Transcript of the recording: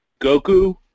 Goku